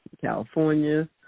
California